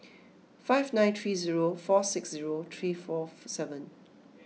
five nine three zero four six zero three four seven